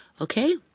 Okay